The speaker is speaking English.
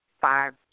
five